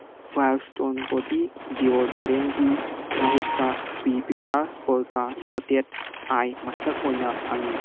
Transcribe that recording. wild ꯏꯁꯇꯣꯟ ꯕꯣꯗꯤ ꯗꯤꯌꯣꯗꯦꯔꯦꯟꯒꯤ ꯃꯍꯨꯠꯇ ꯕꯤ ꯚꯤꯁꯥꯜ ꯄꯣꯜꯀꯥ ꯗꯣꯇꯦꯠ ꯑꯥꯏ ꯃꯥꯁ ꯑꯣꯏꯅ ꯐꯪꯉꯤ